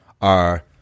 are-